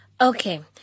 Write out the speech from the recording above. Okay